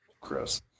gross